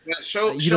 Show